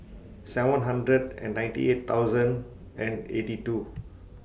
seven hundred and ninety eight thousand and eighty two